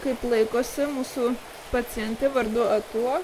kaip laikosi mūsų pacientė vardu atuo